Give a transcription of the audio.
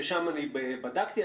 שם בדקתי,